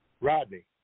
Rodney